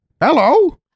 Hello